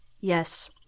Yes